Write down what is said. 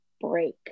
break